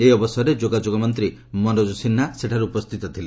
ଏହି ଅବସରରେ ଯୋଗାଯୋଗ ମନ୍ତ୍ରୀ ମନୋଜ ସିହା ସେଠାରେ ଉପସ୍ଥିତ ଥିଲେ